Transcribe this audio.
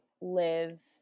live